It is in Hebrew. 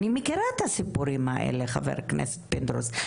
אני מכירה את הסיפורים האלה, חבר הכנסת פינדרוס.